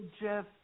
Jeff